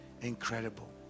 incredible